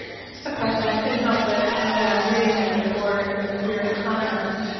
just a question. i couldn't help but when i was reading the report and your comments,